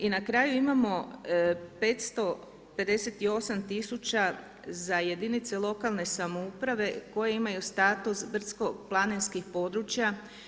I na kraju imamo 558 tisuća za jedinice lokalne samouprave koje imaju status brdsko-planinskih područja.